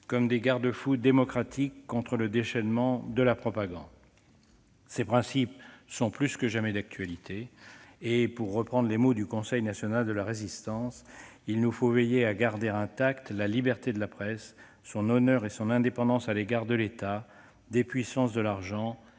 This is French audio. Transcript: comme des garde-fous démocratiques contre le déchaînement de la propagande. Ces principes sont plus que jamais d'actualité. Pour reprendre les mots du Conseil national de la Résistance, il nous faut veiller à garder intacts « la liberté de la presse, son honneur et son indépendance à l'égard de l'État, des puissances de l'argent